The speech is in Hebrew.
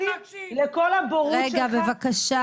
הקשבתי לך שעתיים ושתקתי -- לא ביקשתי ממך להקשיב.